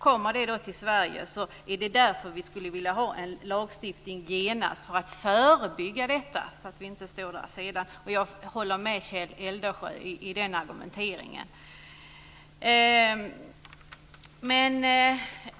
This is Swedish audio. Kommer det till Sverige är det därför vi skulle vilja ha en lagstiftning genast för att förebygga detta så att vi sedan står där. Jag håller med Kjell Eldensjö i den argumenteringen.